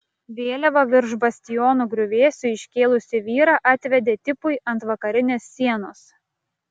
vėliavą virš bastiono griuvėsių iškėlusį vyrą atvedė tipui ant vakarinės sienos